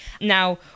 now